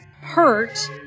hurt